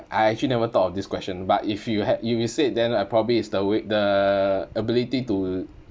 I actually never thought of this question but if you had if you said then I probably is the w~ the ability to